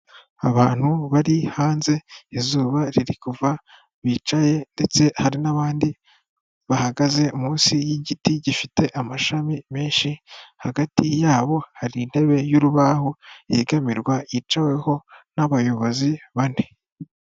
Abantu bari hanze izuba riri kuva bicaye ndetse hari n'abandi bahagaze munsi y'igiti gifite amashami menshi, hagati yabo hari intebe y'urubaho yegamirwa yicaweho n'abayobozi bane.